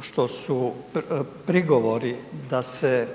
što su prigovori da se